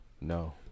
no